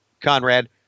Conrad